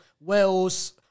Wales